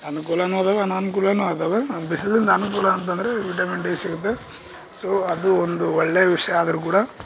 ಅನ್ಕುಲವು ಅದಾವ ಅನಾನ್ಕುಲವೂ ಅದಾವ ಬಿಸಿಲಿಂದ ಅನ್ಕುಲ ಅಂತಂದರೆ ವಿಟಮಿನ್ ಡಿ ಸಿಗುತ್ತೆ ಸೋ ಅದು ಒಂದು ಒಳ್ಳೆಯ ವಿಷಯ ಆದರು ಕೂಡ